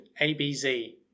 ABZ